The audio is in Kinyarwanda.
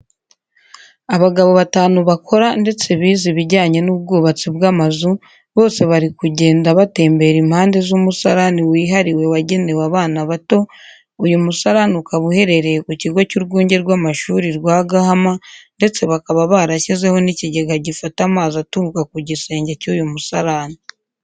Abagabo batanu bakora ndetse bize ibijyanye n'ubwubatsi bw'amazu, bose bari kugenda batembera impande y'umusarani wihariwe wagenewe abana bato, uyu musarani ukaba uherereye mu kigo cy'urwunge rw'amashuri rwa Gahama ndetse bakaba barashyizeho n'ikigega gifata amazi aturuka ku gisenge cy'uyu musarani.